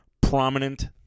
prominent